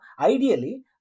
ideally